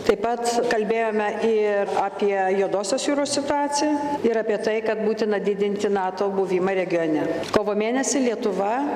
taip pat kalbėjome ir apie juodosios jūros situaciją ir apie tai kad būtina didinti nato buvimą regione kovo mėnesį lietuva